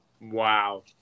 Wow